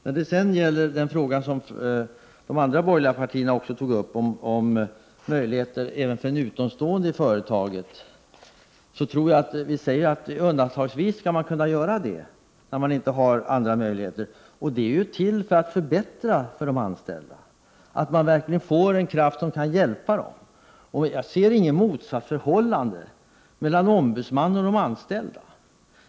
När det sedan gäller den fråga som de andra borgerliga partierna också tog upp om möjligheter även för en utomstående att representera de anställda i ett företags styrelse anser vi att det kan ske undantagsvis, när man inte har andra möjligheter. Det förslaget är till för att förbättra situationen för de anställda genom att de får en kraft som kan hjälpa dem. Jag ser inget motsatsförhållande mellan en ombudsman och de anställda.